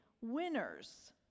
winners